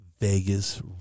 Vegas